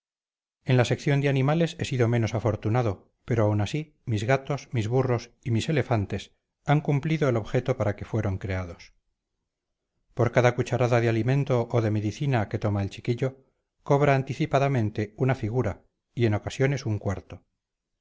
en la sección de animales he sido menos afortunado pero aun así mis gatos mis burros y mis elefantes han cumplido el objeto para que fueron creados por cada cucharada de alimento o de medicina que toma el chiquillo cobra anticipadamente una figura y en ocasiones un cuarto